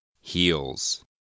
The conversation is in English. Heels